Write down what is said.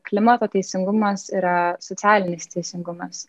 klimato teisingumas yra socialinis teisingumas